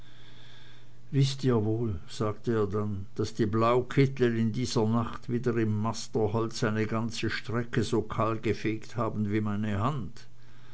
wißt ihr wohl sagte er dann daß die blaukittel in dieser nacht wieder im masterholze eine ganze strecke so kahl gefegt haben wie meine hand